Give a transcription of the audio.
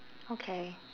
okay